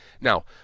Now